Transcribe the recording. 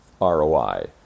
ROI